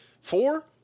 four